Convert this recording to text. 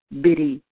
bitty